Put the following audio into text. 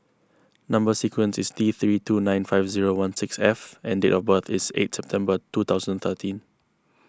Number Sequence is T three two nine five zero one six F and date of birth is eight September two thousand and thirteen